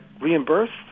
reimbursed